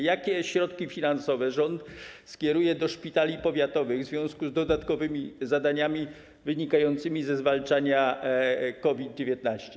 Jakie środki finansowe rząd skieruje do szpitali powiatowych w związku z dodatkowymi zadaniami wynikającymi ze zwalczania COVID-19?